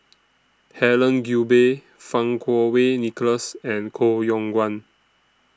Helen Gilbey Fang Kuo Wei Nicholas and Koh Yong Guan